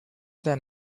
than